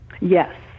Yes